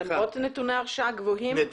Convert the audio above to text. למרות נתוני ההרשעה הגבוהים?